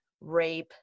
rape